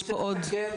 קודם כל